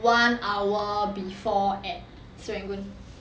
one hour before at serangoon same lah ya lah